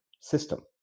system